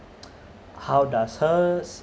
how does hers